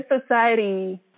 society